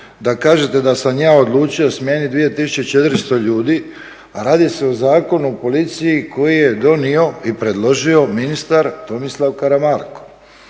da kažete da sam ja odlučio smijeniti 2400 ljudi, a radi se o Zakonu o policiji koji je donio i predložio ministar Tomislav Karamarko